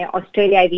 Australia